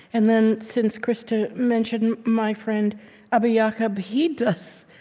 and then, since krista mentioned my friend abba yeah ah jacob, he does